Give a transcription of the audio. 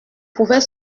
pouvait